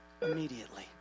immediately